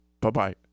Bye-bye